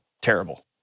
terrible